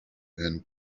and